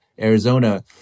Arizona